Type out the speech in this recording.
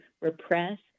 repress